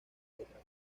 tráfico